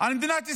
על מדינת ישראל.